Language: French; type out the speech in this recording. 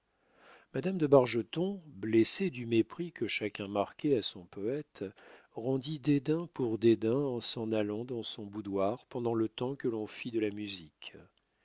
madame de bargeton blessée du mépris que chacun marquait à son poète rendit dédain pour dédain en s'en allant dans son boudoir pendant le temps que l'on fit de la musique